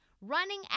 running